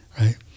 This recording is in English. right